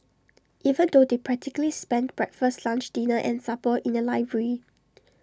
even though they practically spent breakfast lunch dinner and supper in the library